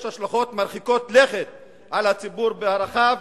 יש השלכות מרחיקות לכת על הציבור וערכיו,